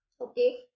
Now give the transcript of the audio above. Okay